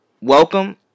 welcome